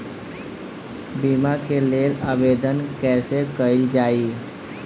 बीमा के लेल आवेदन कैसे कयील जाइ?